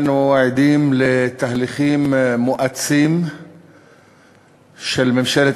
אנו עדים לתהליכים מואצים של ממשלת